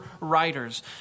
writers